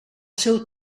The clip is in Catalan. seu